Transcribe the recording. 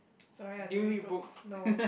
sorry I don't read books no